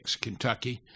Kentucky